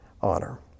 honor